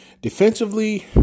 Defensively